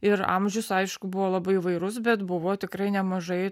ir amžius aišku buvo labai įvairus bet buvo tikrai nemažai